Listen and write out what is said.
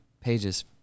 pages